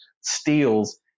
steals